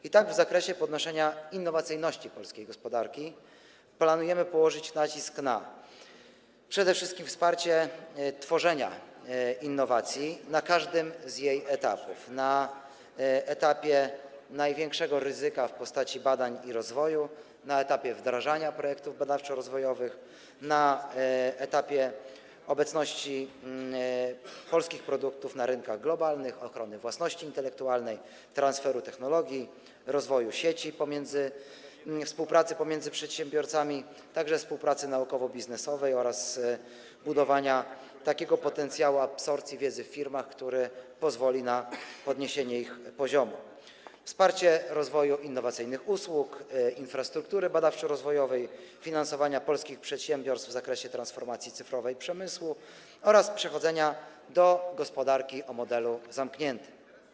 I tak, w zakresie podnoszenia innowacyjności polskiej gospodarki planujemy położyć nacisk na: przede wszystkim wsparcie tworzenia innowacji na każdym jej etapie, w tym na obarczonym największym ryzykiem etapie badań i rozwoju, na etapie wdrażania projektów badawczo-rozwojowych, na etapie obecności polskich produktów na rynkach globalnych, ochrony własności intelektualnej, transferu technologii, rozwoju sieci współpracy pomiędzy przedsiębiorstwami, a także współpracy naukowo-biznesowej oraz budowania takiego potencjału absorbcji wiedzy w firmach, który pozwoli na podniesienie ich poziomu; wsparcie rozwoju innowacyjnych usług; wsparcie infrastruktury badawczo-rozwojowej; finansowanie polskich przedsiębiorstw w zakresie transformacji cyfrowej przemysłu oraz przechodzenia do modelu gospodarki o obiegu zamkniętym.